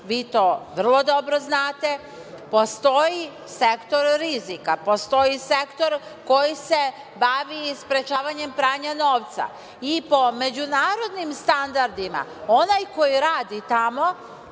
vi to vrlo dobro znate, postoji sektor rizika, postoji sektor koji se bavi sprečavanjem pranja novca i po međunarodnim standardima onaj koji radi tamo,